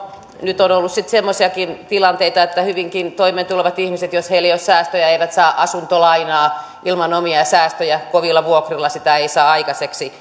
nyt on ollut sitten semmoisiakin tilanteita että jos hyvinkin toimeentulevilla ihmisillä ei ole säästöjä he eivät saa asuntolainaa ilman omia säästöjä kovilla vuokrilla sitä ei saa aikaiseksi